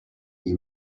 you